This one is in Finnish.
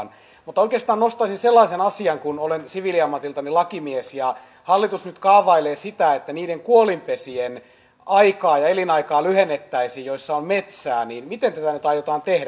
mutta oikeastaan nostaisin sellaisen asian kun olen siviiliammatiltani lakimies ja hallitus nyt kaavailee sitä että lyhennettäisiin niiden kuolinpesien aikaa ja elinaikaa joissa on metsää että miten tätä nyt aiotaan tehdä